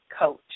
coach